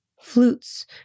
Flutes